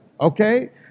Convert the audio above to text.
okay